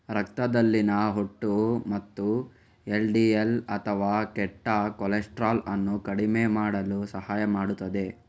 ರಕ್ತದಲ್ಲಿನ ಒಟ್ಟು ಮತ್ತು ಎಲ್.ಡಿ.ಎಲ್ ಅಥವಾ ಕೆಟ್ಟ ಕೊಲೆಸ್ಟ್ರಾಲ್ ಅನ್ನು ಕಡಿಮೆ ಮಾಡಲು ಸಹಾಯ ಮಾಡುತ್ತದೆ